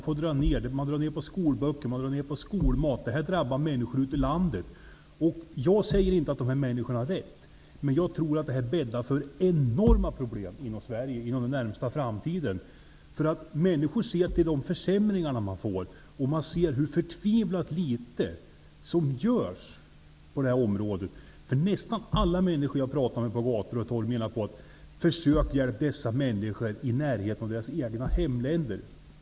Det dras ned när det gäller skolböcker och skolmat, och människor ute i landet drabbas. Jag säger inte att dessa människor har rätt, men jag tror att det bäddas för enorma problem inom den närmaste framtiden i Sverige. Människor ser nämligen de försämringar som de får och även hur förtvivlat litet som görs på det här området. Nästan alla människor som jag pratar med ute på gator och torg menar att vi skall försöka hjälpa dessa hjälpsökande människor i närheten av deras egna hemländer.